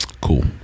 Cool